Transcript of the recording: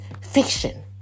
fiction